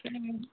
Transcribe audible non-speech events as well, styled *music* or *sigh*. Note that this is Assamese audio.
*unintelligible*